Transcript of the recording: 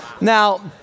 Now